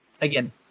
again